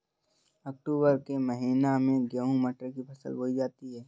अक्टूबर के महीना में गेहूँ मटर की फसल बोई जाती है